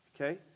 okay